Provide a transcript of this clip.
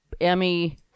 Emmy